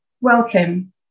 Welcome